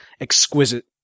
exquisite